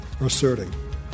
asserting